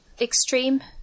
extreme